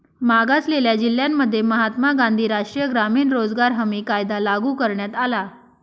मागासलेल्या जिल्ह्यांमध्ये महात्मा गांधी राष्ट्रीय ग्रामीण रोजगार हमी कायदा लागू करण्यात आला